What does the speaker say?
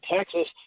Texas